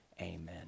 amen